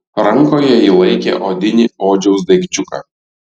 rankoje ji laikė odinį odžiaus daikčiuką